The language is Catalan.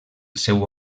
seu